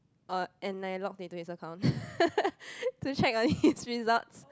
uh and I logged into his account to check on his results